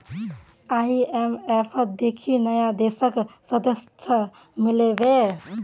आईएमएफत देखनी नया देशक सदस्यता मिल बे